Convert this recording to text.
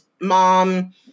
mom